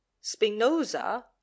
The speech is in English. spinoza